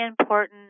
important